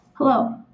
Hello